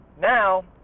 Now